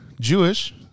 Jewish